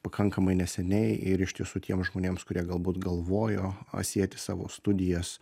pakankamai neseniai ir iš tiesų tiems žmonėms kurie galbūt galvojo a sieti savo studijas